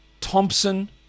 Thompson